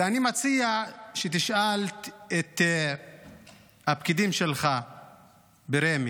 ואני מציע שתשאל את הפקידים שלך ברמ"י